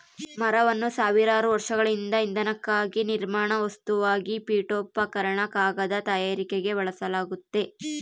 ಮರವನ್ನು ಸಾವಿರಾರು ವರ್ಷಗಳಿಂದ ಇಂಧನಕ್ಕಾಗಿ ನಿರ್ಮಾಣ ವಸ್ತುವಾಗಿ ಪೀಠೋಪಕರಣ ಕಾಗದ ತಯಾರಿಕೆಗೆ ಬಳಸಲಾಗ್ತತೆ